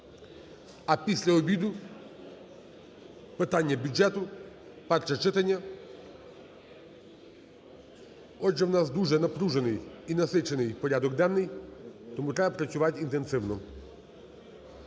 А після обіду питання бюджету, перше читання. Отже, у нас дуже напружений і насичений порядок денний, тому треба працювати інтенсивно.